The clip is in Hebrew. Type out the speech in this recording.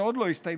שעוד לא הסתיימה,